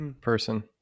person